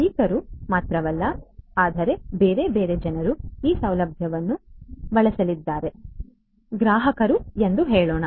ಮಾಲೀಕರು ಮಾತ್ರವಲ್ಲ ಆದರೆ ಬೇರೆ ಬೇರೆ ಜನರು ಈ ಸೌಲಭ್ಯವನ್ನು ಬಳಸಲಿದ್ದಾರೆ ಗ್ರಾಹಕರು ಎಂದು ಹೇಳೋಣ